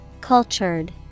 Cultured